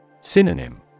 Synonym